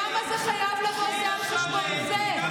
למה זה חייב לבוא זה על חשבון זה?